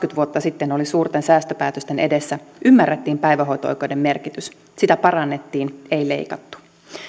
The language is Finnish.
vuotta sitten oli suurten säästöpäätösten edessä ymmärrettiin päivähoito oikeuden merkitys sitä parannettiin ei leikattu